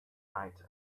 night